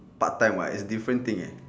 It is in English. part time [what] is different thing eh